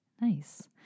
Nice